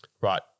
right